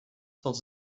pels